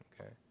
okay